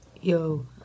Yo